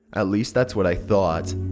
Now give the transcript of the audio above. at least that's what i thought.